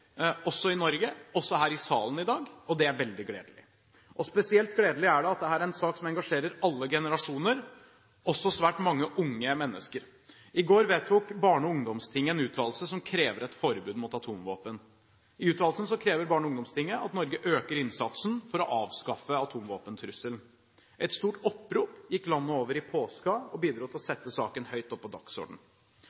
også i Norge, også her i salen i dag. Det er veldig gledelig. Spesielt gledelig er det at dette er en sak som engasjerer alle generasjoner, også svært mange unge mennesker. I går vedtok Barne- og ungdomstinget en uttalelse som krever et forbud mot atomvåpen. I uttalelsen krever Barne- og ungdomstinget at Norge øker innsatsen for å avskaffe atomvåpentrusselen. Et stort opprop gikk landet over i påsken og bidro til å